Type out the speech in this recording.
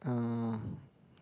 uh